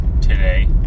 today